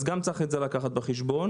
גם את זה צריך להביא בחשבון.